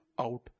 out